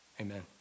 Amen